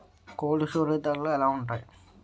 Cold storage ధరలు ఎలా ఉంటాయి?